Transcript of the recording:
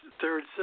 third